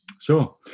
Sure